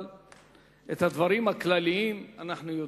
אבל את הדברים הכלליים אנחנו יודעים.